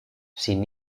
sin